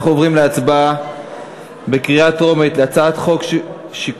אנחנו עוברים להצבעה בקריאה טרומית על הצעת חוק שיקום,